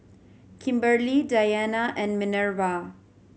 Kimberely Dianna and Minerva